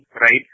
right